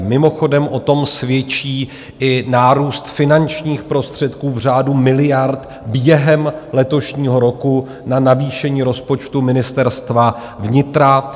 Mimochodem o tom svědčí i nárůst finančních prostředků v řádu miliard během letošního roku na navýšení rozpočtu Ministerstva vnitra.